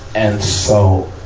and so,